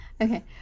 Okay